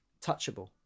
touchable